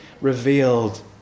revealed